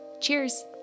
Cheers